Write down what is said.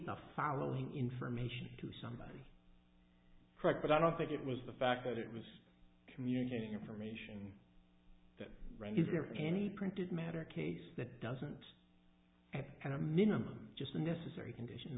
the following information to somebody correct but i don't think it was the fact that it was communicating information that wrong is there any printed matter case that doesn't happen and a minimum just a necessary condition